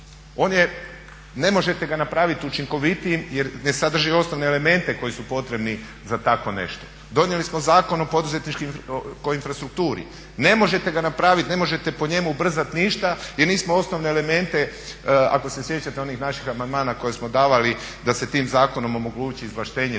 ne možete ga napraviti učinkovitijim jer ne sadrži osnovne elemente koji su potrebni za tako nešto. Donijeli smo Zakon o poduzetničkoj infrastrukturi, ne možete ga napraviti, ne možete po njemu brzat ništa jer nismo osnovne elemente ako se sjećate onih naših amandmana koje smo davali da se tim zakonom omogući izvlaštenje